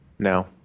No